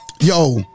Yo